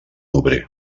obrer